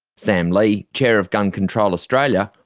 sam lee, chair of gun control australia,